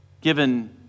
given